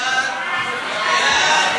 ההצעה